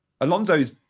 Alonso's